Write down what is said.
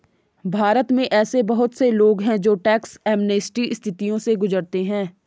भारत में ऐसे बहुत से लोग हैं जो टैक्स एमनेस्टी स्थितियों से गुजरते हैं